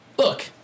Look